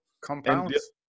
Compounds